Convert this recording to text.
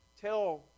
tell